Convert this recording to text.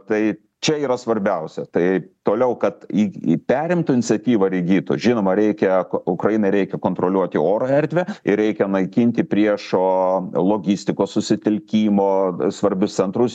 tai čia yra svarbiausia tai toliau kad į į perimtų iniciatyvą ir įgytų žinoma reikia ukrainai reikia kontroliuoti oro erdvę ir reikia naikinti priešo logistikos susitelkimo svarbius centrus